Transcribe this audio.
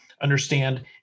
understand